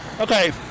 Okay